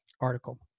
article